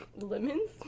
Lemons